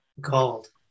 Gold